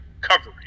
covering